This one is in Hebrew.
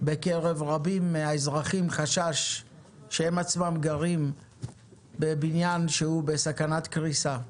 בקרב רבים מהאזרחים חשש שהם עצמם גרים בבניין שהוא בסכנת קריסה.